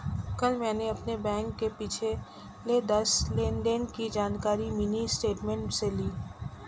कल मैंने अपने बैंक से पिछले दस लेनदेन की जानकारी मिनी स्टेटमेंट से ली